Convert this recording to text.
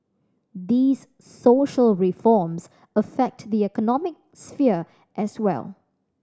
these social reforms affect the economic sphere as well